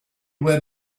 where